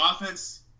offense